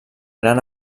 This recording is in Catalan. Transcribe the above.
gran